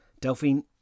Delphine